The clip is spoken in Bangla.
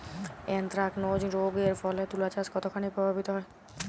এ্যানথ্রাকনোজ রোগ এর ফলে তুলাচাষ কতখানি প্রভাবিত হয়?